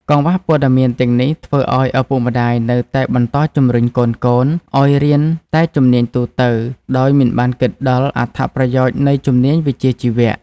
កង្វះព័ត៌មានទាំងនេះធ្វើឲ្យឪពុកម្តាយនៅតែបន្តជំរុញកូនៗឲ្យរៀនតែជំនាញទូទៅ ដោយមិនបានគិតដល់អត្ថប្រយោជន៍នៃជំនាញវិជ្ជាជីវៈ។